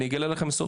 אני אגלה לכם סוד,